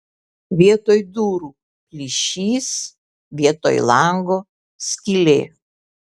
vietoj durų plyšys vietoj lango skylė